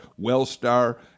Wellstar